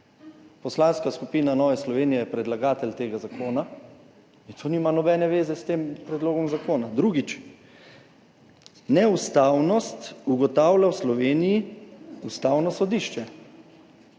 Poslanska skupina Nova Slovenija je predlagatelj tega zakona in to nima nobene zveze s tem predlogom zakona. Drugič, neustavnost ugotavlja v Sloveniji Ustavno sodišče.